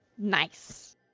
Nice